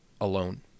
alone